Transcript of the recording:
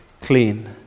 clean